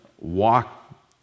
walk